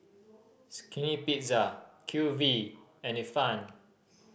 Skinny Pizza Q V and Ifan